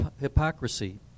hypocrisy